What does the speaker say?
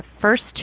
first